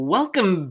Welcome